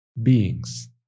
Beings